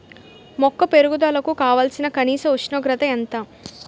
మొక్క పెరుగుదలకు కావాల్సిన కనీస ఉష్ణోగ్రత ఎంత?